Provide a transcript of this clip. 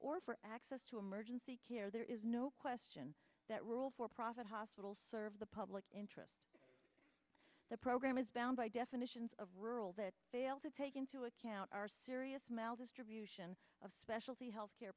or for access to emergency care there is no question that rule for profit hospitals serve the public interest program is bound by definitions of rural that fail to take into account our serious maldistribution of specialty healthcare